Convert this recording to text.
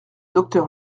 docteur